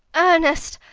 ernest!